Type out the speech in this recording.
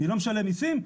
אני לא משלם מיסים?